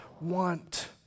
want